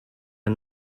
are